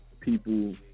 people